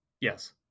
Yes